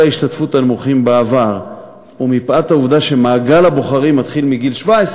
ההשתתפות הנמוכים בעבר ומפאת העובדה שמעגל הבוחרים מתחיל מגיל 17